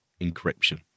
encryption